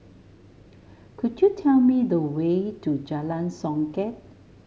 could you tell me the way to Jalan Songket